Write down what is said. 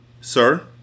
Sir